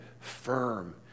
firm